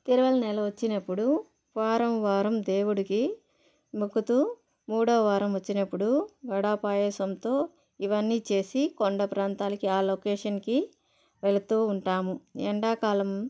తిరవల్ నెల వచ్చినప్పుడు వారం వారం దేవుడికి మొక్కుతూ మూడో వారం వచ్చినప్పుడు వడా పాయసంతో ఇవన్నీ చేసి కొండ ప్రాంతాలకి ఆ లొకేషన్కి వెళుతూ ఉంటాము ఎండాకాలం